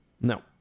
No